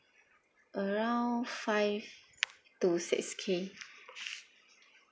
around five to six K